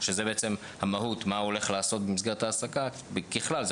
שזאת המהות למה שהוא יעשה במסגרת ההעסקה ככלל זאת